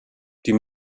die